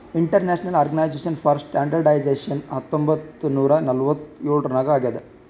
international organization for standardization ಹತ್ತೊಂಬತ್ ನೂರಾ ನಲ್ವತ್ತ್ ಎಳುರ್ನಾಗ್ ಆಗ್ಯಾದ್